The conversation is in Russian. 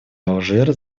алжира